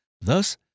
thus